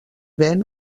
ven